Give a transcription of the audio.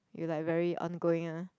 you like very ongoing ah